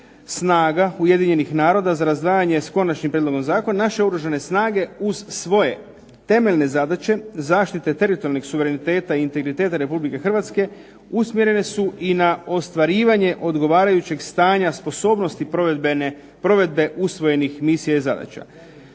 snaga Ujedinjenih naroda za razdvajanje, s konačnim prijedlogom zakona, naše Oružane snage uz svoje temeljne zadaće zaštite teritorijalnih suvereniteta i integriteta Republike Hrvatske usmjerene su i na ostvarivanje odgovarajućeg stanja sposobnosti provedbe usvojenih misija i zadaća.